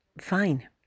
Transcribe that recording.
fine